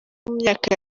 myaka